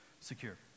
secure